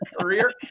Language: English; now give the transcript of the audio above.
career